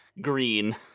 green